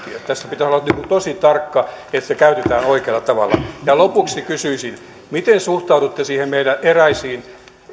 tässä pitää olla nyt tosi tarkka että sitä käytetään oikealla tavalla ja lopuksi kysyisin miten suhtaudutte siihen meidän erääseen